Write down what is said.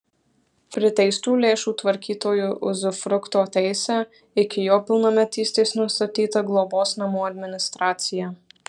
priteistų lėšų tvarkytoju uzufrukto teise iki jo pilnametystės nustatyta globos namų administracija